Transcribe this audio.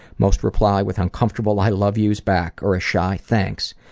most reply with uncomfortable i love yous back, or a shy thanks,